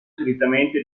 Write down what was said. solitamente